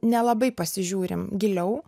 nelabai pasižiūrim giliau